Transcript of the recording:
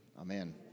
Amen